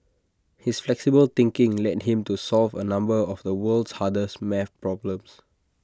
his flexible thinking led him to solve A number of the world's hardest maths problems